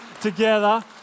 together